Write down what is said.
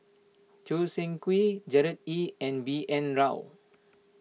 Choo Seng Quee Gerard Ee and B N Rao